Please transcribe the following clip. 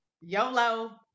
YOLO